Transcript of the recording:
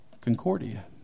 Concordia